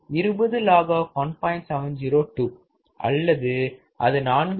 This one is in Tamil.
702 அல்லது அது 4